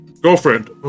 girlfriend